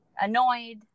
annoyed